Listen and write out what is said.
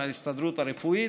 עם ההסתדרות הרפואית.